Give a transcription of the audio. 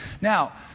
Now